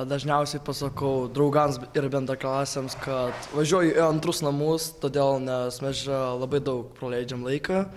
dažniausiai pasakau draugams ir bendraklasiams kad važiuoju į antrus namus todėl nes mes labai daug praleidžiam laiką